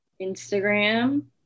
Instagram